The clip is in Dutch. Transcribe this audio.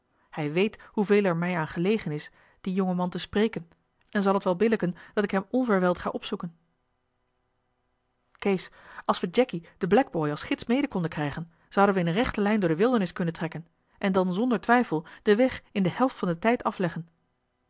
hij weet hoeveel er mij aan gelegen is dien jongen man te spreken en zal het wel billijken dat ik hem onverwijld ga opzoeken kees als we jacky den blackboy als gids mede konden krijgen zouden we in rechte lijn door de wildernis kunnen trekken en dan zonder twijfel den weg in de helft van den tijd afleggen